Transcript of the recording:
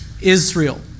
Israel